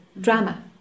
drama